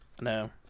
No